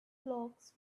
folks